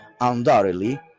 undoubtedly